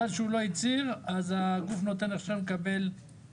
הכוס הולכת ומתמלאת כל הזמן,